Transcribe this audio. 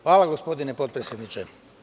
Hvala, gospodine potpredsedniče.